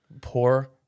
Poor